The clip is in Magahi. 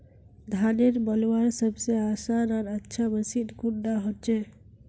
धानेर मलवार सबसे आसान आर अच्छा मशीन कुन डा होचए?